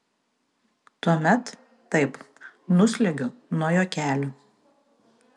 tuomet taip nusliuogiu nuo jo kelių